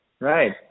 Right